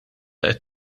qed